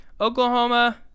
Oklahoma